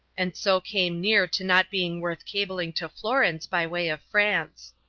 and so came near to not being worth cabling to florence by way of france.